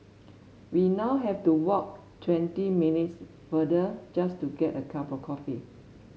we now have to walk twenty minutes farther just to get a cup of coffee